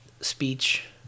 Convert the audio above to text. speech